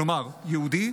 כלומר יהודי,